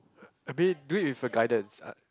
I mean do it with a guidance uh